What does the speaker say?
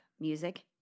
music